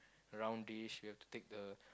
round dish you have to take the